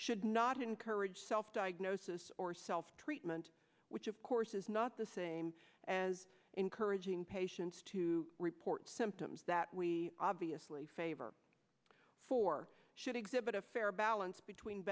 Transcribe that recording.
should not encourage self diagnosis or self treatment which of course is not the same as encouraging patients to report symptoms that we obviously favor for should exhibit a fair balance between